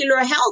health